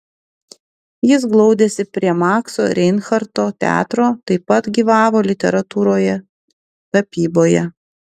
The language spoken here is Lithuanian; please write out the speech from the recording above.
jis glaudėsi prie makso reinharto teatro taip pat gyvavo literatūroje tapyboje